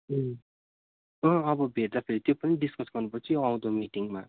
अब भेट्दाखेरि त्यो पनि डिस्कस गर्नु पर्छ आउँदो मिटिङमा